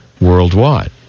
worldwide